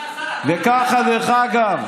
אדוני השר, וככה, דרך אגב,